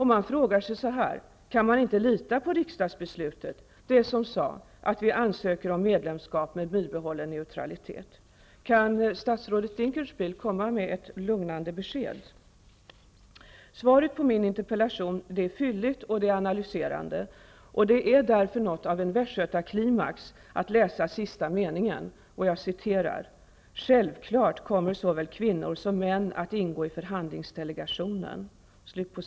Man frågar sig: Kan man inte lita på riksdagsbeslutet, det som sade att vi ansöker om medlemskap med bibehållen neutralitet? Kan statsrådet Dinkelspiel komma med ett lugnande besked? Svaret på min interpellation är fylligt och analyserande. Det är därför något av en västgötaklimax att läsa sista meningen. Jag citerar: ''Självklart kommer såväl kvinnor som män att ingå i förhandlingsdelegationen.''